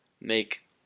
make